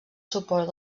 suport